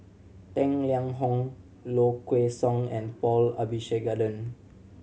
Tang Liang Hong Low Kway Song and Paul Abisheganaden